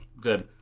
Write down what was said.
Good